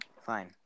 Fine